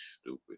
stupid